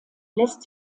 lässt